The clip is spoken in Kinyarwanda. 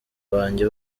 banjye